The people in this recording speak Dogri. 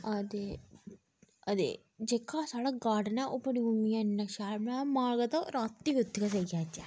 अदे अदे जेह्का साढ़ा गार्डन ऐ ओह् बड्डी मम्मी ने इन्ना शैल बनाए दा मन करदा रातीं बी उत्थै गै सेई जाचै